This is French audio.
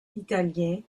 italien